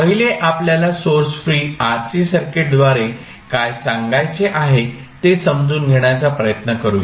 पहिले आपल्याला source free RC सर्किटद्वारे काय सांगायचे आहे ते समजून घेण्याचा प्रयत्न करूया